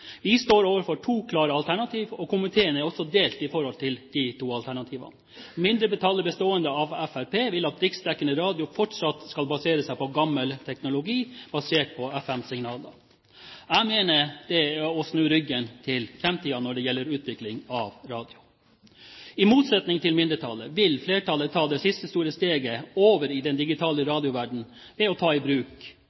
Vi står overfor to klare alternativ, og komiteen er også delt i synet på disse to alternativene. Mindretallet, bestående av Fremskrittspartiet, vil at riksdekkende radio fortsatt skal basere seg på gammel teknologi, basert på FM-signaler. Jeg mener det er å snu ryggen til framtiden når det gjelder utvikling av radio. I motsetning til mindretallet vil flertallet ta det siste store steget over i den digitale